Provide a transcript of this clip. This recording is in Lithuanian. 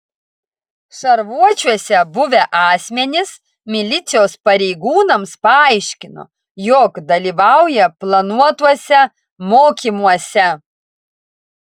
šarvuočiuose buvę asmenys milicijos pareigūnams paaiškino jog dalyvauja planuotuose mokymuose